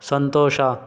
ಸಂತೋಷ